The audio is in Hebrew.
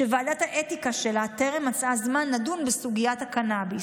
שוועדת האתיקה שלה טרם מצאה זמן לדון בסוגיית הקנביס.